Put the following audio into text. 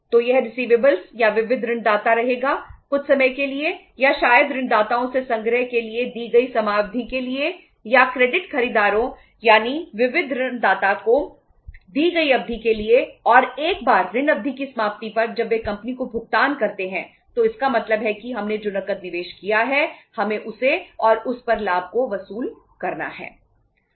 तो यह रिसिवेबलस या विविध ऋणदाता रहेगा कुछ समय के लिए या शायद ऋणदाताओं से संग्रह के लिए दी गई समयावधि के लिए या क्रेडिट खरीदारों यानी विविध ऋणदाता को दी गई अवधि के लिए और एक बार ऋण अवधि की समाप्ति पर जब वे कंपनी को भुगतान करते हैं तो इसका मतलब है कि हमने जो नकद निवेश किया है हमें उसे और उस पर लाभ को वसूल करना है